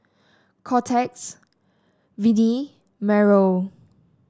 Cortez Vennie Meryl